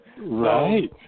Right